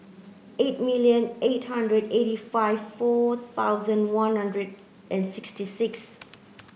eight million eight hundred eighty five four thousand one hundred and sixty six